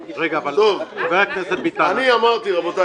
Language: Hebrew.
רבותי,